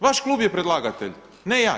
Vaš klub je predlagatelj, ne ja.